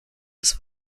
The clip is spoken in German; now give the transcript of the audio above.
des